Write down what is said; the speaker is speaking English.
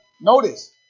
notice